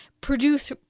produce